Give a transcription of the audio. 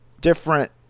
different